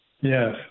Yes